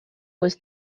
was